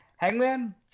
Hangman